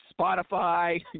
Spotify